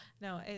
no